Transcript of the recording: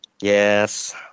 Yes